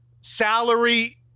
salary